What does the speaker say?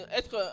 être